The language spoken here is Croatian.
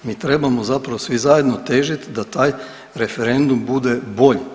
Mi trebamo zapravo svi zajedno težiti da taj referendum bude bolji.